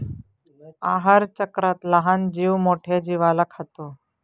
आहारचक्रात लहान जीव मोठ्या जीवाला खातो